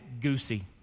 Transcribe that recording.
Goosey